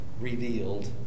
Revealed